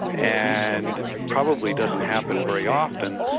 and probably doesn't happen very often,